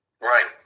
Right